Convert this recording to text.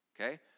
Okay